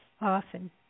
often